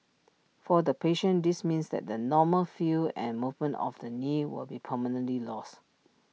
for the patient this means that the normal feel and movement of the knee will be permanently lost